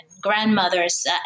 grandmothers